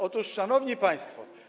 Otóż, szanowni państwo.